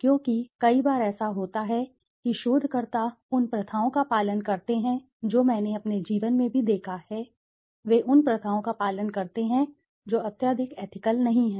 क्योंकि कई बार ऐसा होता है कि शोधकर्ता उन प्रथाओं का पालन करते हैं जो मैंने अपने जीवन में भी देखा है वे उन प्रथाओं का पालन करते हैं जो अत्यधिक एथिकल नहीं हैं